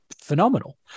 phenomenal